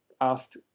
asked